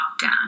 lockdown